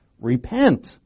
Repent